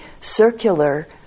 circular